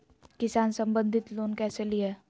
किसान संबंधित लोन कैसै लिये?